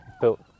built